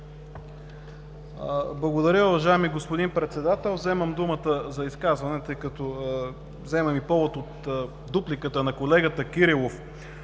Благодаря, уважаеми господин Председател. Взимам думата за изказване по повод дупликата на колегата Кирилов,